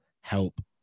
help